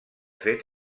fet